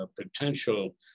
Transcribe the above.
potential